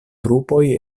trupoj